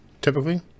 typically